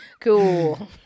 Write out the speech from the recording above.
Cool